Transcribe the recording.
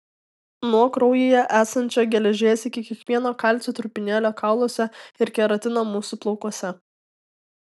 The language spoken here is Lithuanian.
nuo kraujyje esančio geležies iki kiekvieno kalcio trupinėlio kauluose ir keratino mūsų plaukuose